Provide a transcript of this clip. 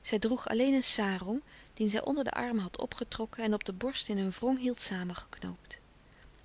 zij droeg alleen een sarong dien zij onder de armen had opgetrokken en op de borst in een wrong hield samengeknoopt